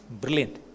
brilliant